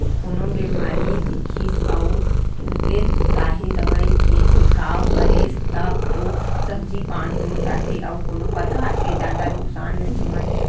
कोनो बेमारी दिखिस अउ तुरते ताही दवई के छिड़काव करेस तब तो सब्जी पान हो जाथे अउ कोनो परकार के जादा नुकसान नइ होवय